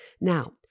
Now